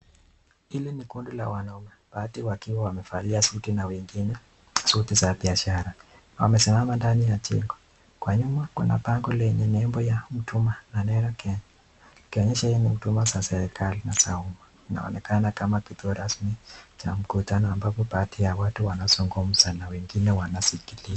Hili ni kundi la wanaume, baadhi wakiwa wamevaa suti na wengine suti za biashara. Wamesimama ndani ya jengo, kwa nyuma kuna bango lenye nembo ya Huduma na neno Kenya, ikionyesha hii ni huduma za serikali na za umma. Inaonekana kama kituo rasmi cha mkutano ambapo baadhi ya watu wanazungumza na wengine wanasikiliza.